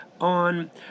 on